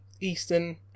Eastern